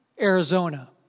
Arizona